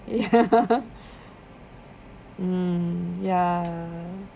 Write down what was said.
ya mm ya